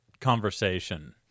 conversation